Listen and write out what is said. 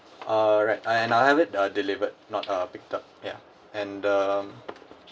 uh right and I'll have it uh delivered not uh picked up yeah and um